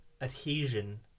adhesion